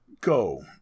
go